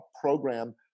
program